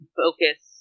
focus